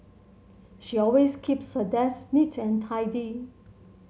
she always keeps her desk neat and tidy